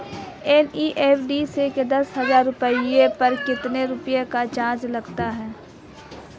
NEFT से दस हजार रुपयों पर कितने रुपए का चार्ज लगता है?